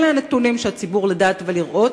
אלה הנתונים שעל הציבור לדעת ולראות,